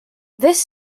this